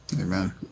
Amen